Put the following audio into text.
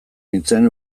nintzen